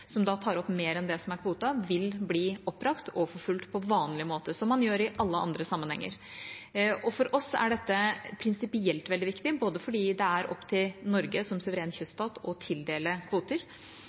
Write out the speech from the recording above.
tar opp mer enn det som er kvoten, vil bli oppbrakt og forfulgt på vanlig måte, slik man gjør i alle andre sammenhenger. For oss er dette prinsipielt veldig viktig fordi det er opp til Norge som suveren